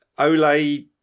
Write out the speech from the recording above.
Ole